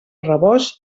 rebost